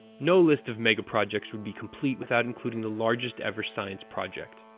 no list of megaprojects would be complete without including the largest-ever science project.